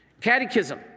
Catechism